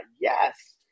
yes